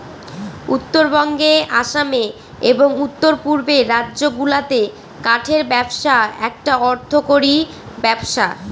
উত্তরবঙ্গে আসামে এবং উত্তর পূর্বের রাজ্যগুলাতে কাঠের ব্যবসা একটা অর্থকরী ব্যবসা